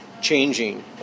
changing